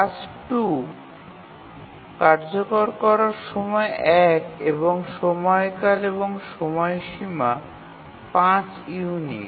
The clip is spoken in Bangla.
টাস্ক 2 কার্যকর করার সময় ১ এবং সময়কাল এবং সময়সীমা ৫ ইউনিট